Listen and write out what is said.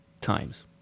times